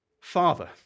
Father